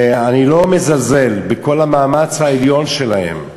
ואני לא מזלזל בכל המאמץ העליון שלהם להתייעל,